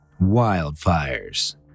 wildfires